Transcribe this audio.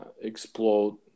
explode